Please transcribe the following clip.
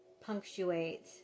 punctuate